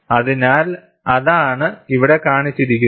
അതിനാൽ അതാണ് ഇവിടെ കാണിച്ചിരിക്കുന്നത്